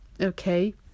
Okay